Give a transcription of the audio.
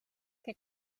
que